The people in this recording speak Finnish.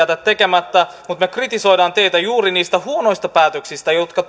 tekemättä mutta me kritisoimme teitä juuri niistä huonoista päätöksistä jotka